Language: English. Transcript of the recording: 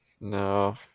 No